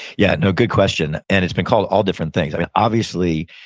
yeah you know good question. and its been called all different things. obviously,